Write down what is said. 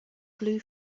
blue